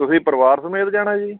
ਤੁਸੀਂ ਪਰਿਵਾਰ ਸਮੇਤ ਜਾਣਾ ਜੀ